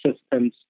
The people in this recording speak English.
systems